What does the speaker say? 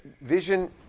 Vision